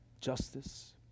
justice